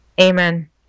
Amen